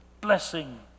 blessing